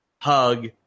hug